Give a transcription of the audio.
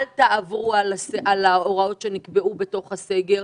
אל תעברו על ההוראות שנקבעו בסגר.